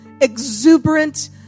exuberant